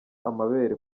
amabere